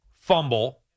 fumble